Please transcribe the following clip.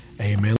Amen